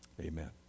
amen